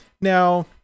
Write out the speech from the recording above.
now